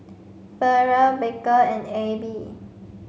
Ferrell Baker and Abbey